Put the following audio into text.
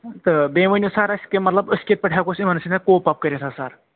تہٕ بیٚیہِ ؤنِو سَر اَسہِ کہِ مطلب أسۍ کِتھ پٲٹھۍ ہٮ۪کو أسۍ یِمَن سۭتۍ کوٗپ اَپ کٔرِتھ حظ سَر